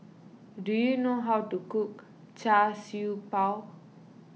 do you know how to cook Char Siew Bao